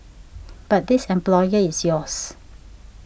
but this employer is yours